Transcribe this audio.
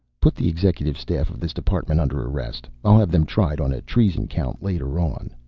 put the executive staff of this department under arrest. i'll have them tried on a treason count, later on.